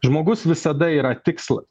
žmogus visada yra tikslas